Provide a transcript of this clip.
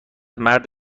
مرد